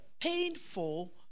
painful